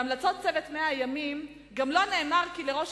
בהמלצות צוות 100 הימים גם לא נאמר כי לראש